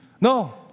No